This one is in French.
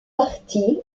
parties